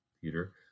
Peter